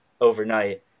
overnight